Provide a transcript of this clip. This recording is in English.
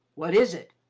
what is it?